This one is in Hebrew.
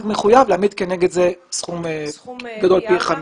מחויב להעמיד כנגד זה סכום גדול פי חמש.